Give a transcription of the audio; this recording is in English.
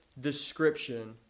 description